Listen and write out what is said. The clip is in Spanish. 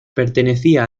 pertenecía